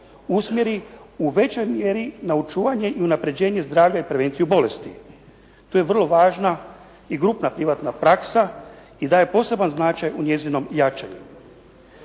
usmjeri u većoj mjeri na očuvanje i unapređenje zdravlja i prevenciju bolesti. Tu je vrlo važna i grupna privatna praksa i daje poseban značaj u njezinom jačanju.